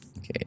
Okay